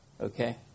Okay